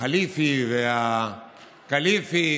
החליפי והכליפי,